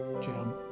Jim